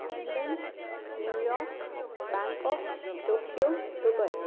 London New York Bangkok Tokyo Dubai